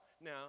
Now